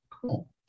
Cool